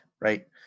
right